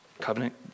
covenant